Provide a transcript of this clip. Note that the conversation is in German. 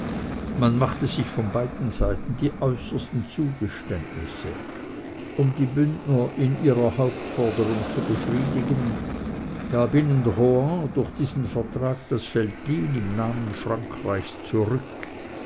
man machte sich von beiden seiten die äußersten zugeständnisse um die bündner in ihrer hauptforderung zu befriedigen gab ihnen rohan durch diesen vertrag das veltlin im namen frankreichs zurück